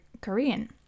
Korean